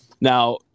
Now